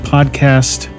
Podcast